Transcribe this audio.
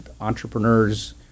entrepreneurs